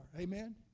Amen